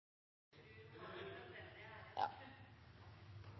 kor er